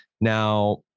Now